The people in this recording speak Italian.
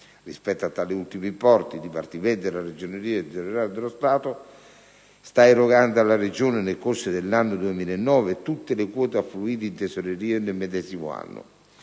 Rispetto a tale ultimo importo, il Dipartimento della Ragioneria generale dello Stato: a) sta erogando alla Regione nel corso dell'anno 2009 tutte le quote affluite in tesoreria nel medesimo anno